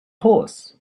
horse